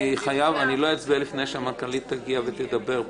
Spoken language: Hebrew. לא אצביע לפני שהמנכ"לית תגיע ותדבר פה.